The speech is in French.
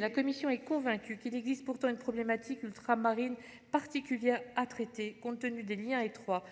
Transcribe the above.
La commission est convaincue qu'il existe pourtant une problématique ultramarine nécessitant un traitement particulier compte tenu des liens étroits